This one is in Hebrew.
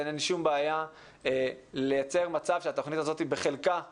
אין שום בעיה לייצר מצב שהתוכנית הזאת בחלקה תיושם,